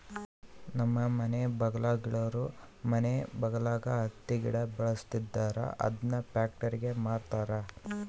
ನಮ್ಮ ಮನೆ ಬಗಲಾಗುಳೋರು ಮನೆ ಬಗಲಾಗ ಹತ್ತಿ ಗಿಡ ಬೆಳುಸ್ತದರ ಅದುನ್ನ ಪ್ಯಾಕ್ಟರಿಗೆ ಮಾರ್ತಾರ